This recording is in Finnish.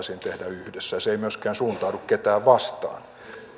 voitaisiin tehdä yhdessä se ei myöskään suuntaudu ketään vastaan